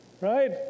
Right